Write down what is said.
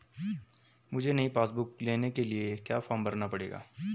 मुझे नयी passbook book लेने के लिए क्या फार्म भरना पड़ेगा?